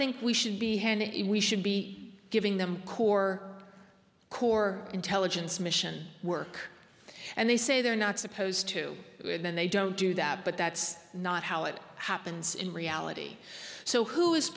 think we should be hand if we should be giving them core core intelligence mission work and they say they're not supposed to and they don't do that but that's not how it happens in reality so who is